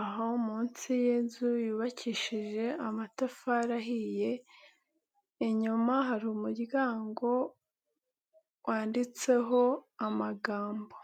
aho munsi y'inzu yubakishije amatafari ahiye, inyuma hari umuryango wanditseho amagambo.